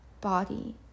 body